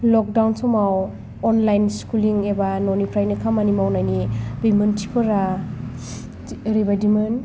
lockdown समाव online स्कुलिं एबा न'निफ्रायनो खामानि मावनायनि बिमोनथिफोरा ओरैबायदिमोन